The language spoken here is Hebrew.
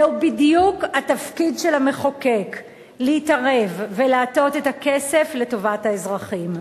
זהו בדיוק התפקיד של המחוקק להתערב ולהטות את הכסף לטובת האזרחים.